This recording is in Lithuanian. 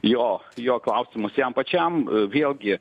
jo jo klausimus jam pačiam vėlgi